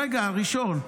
רגע, הראשון.